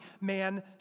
man